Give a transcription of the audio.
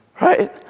right